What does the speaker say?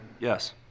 Yes